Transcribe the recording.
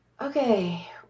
Okay